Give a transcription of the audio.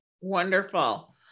Wonderful